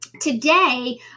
Today